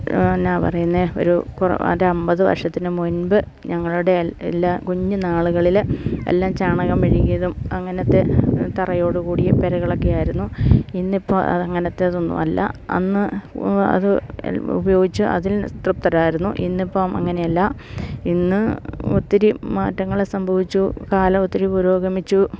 എന്നാ പറയുന്നത് ഒരു കുറെ ഒരമ്പത് വർഷത്തിന് മുൻപ് ഞങ്ങളുടെ എല്ലാ കുഞ്ഞ് നാളുകളില് എല്ലാം ചാണകം മെഴുകിയതും അങ്ങനത്തെ തറയോടുകൂടിയ പെരകളൊക്കെ ആയിരുന്നു ഇന്നിപ്പം അങ്ങനത്തെതൊന്നും അല്ല അന്ന് അത് ഉപയോഗിച്ചു അതിൽ തൃപ്തരായിരുന്നു ഇന്നിപ്പം അങ്ങനെയല്ല ഇന്ന് ഒത്തിരി മാറ്റങ്ങള് സംഭവിച്ചു കാലം ഒത്തിരി പുരോഗമിച്ചു